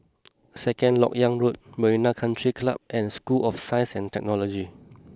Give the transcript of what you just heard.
Second Lok Yang Road Marina Country Club and School of Science and Technology